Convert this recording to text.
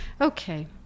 Okay